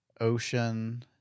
ocean